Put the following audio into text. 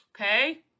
okay